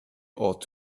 ought